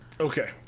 Okay